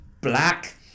black